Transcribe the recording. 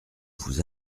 vous